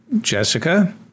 Jessica